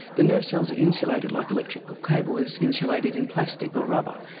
the nerve cells are insulated like electrical cable is insulated in plastic or rubber,